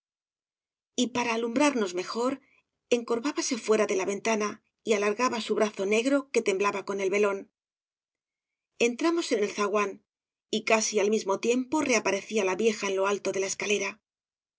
y para alumbrarnos mejor encorvábase t obras de valle inclan fuera de la ventana y alargaba su brazo negro que temblaba con el velón entramos en el zaguán y casi al mismo tiempo reaparecía la vieja en lo alto de la escalera